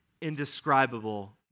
indescribable